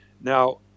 Now